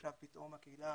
עכשיו פתאום הקהילה